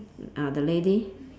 ah the lady